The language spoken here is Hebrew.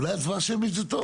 אולי הצבעה שמית זה טוב.